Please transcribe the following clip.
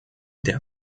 der